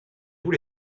tous